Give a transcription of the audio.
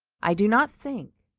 i do not think,